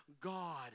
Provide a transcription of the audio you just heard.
God